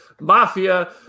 Mafia